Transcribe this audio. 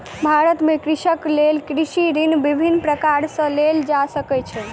भारत में कृषकक लेल कृषि ऋण विभिन्न प्रकार सॅ लेल जा सकै छै